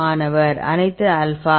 மாணவர் அனைத்து ஆல்பா